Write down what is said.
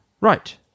Right